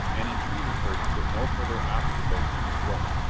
and entreated her to put no further obstacles in his way,